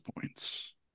points